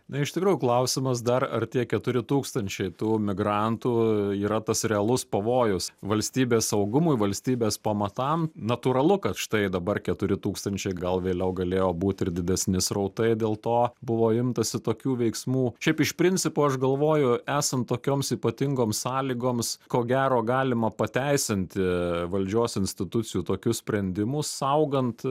na iš tikrųjų klausimas dar ar tie keturi tūkstančiai tų migrantų yra tas realus pavojus valstybės saugumui valstybės pamatam natūralu kad štai dabar keturi tūkstančiai gal vėliau galėjo būt ir didesni srautai dėl to buvo imtasi tokių veiksmų šiaip iš principo aš galvoju esant tokioms ypatingoms sąlygoms ko gero galima pateisinti valdžios institucijų tokius sprendimus saugant